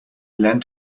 lent